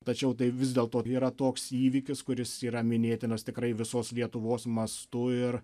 tačiau tai vis dėlto yra toks įvykis kuris yra minėtinas tikrai visos lietuvos mastu ir